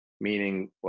meaning